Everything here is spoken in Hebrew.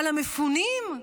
על המפונים?